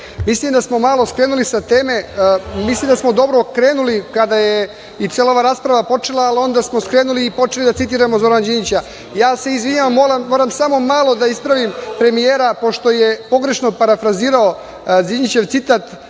106.Mislim da smo malo skrenuli sa teme. Mislim da smo dobro krenuli kada je i cela ova rasprava počela, ali onda smo skrenuli i počeli da citiramo Zorana Đinđića. Ja se izvinjavam, moram samo malo da ispravim premijera, pošto je pogrešno parafrazirao Đinđićev citat.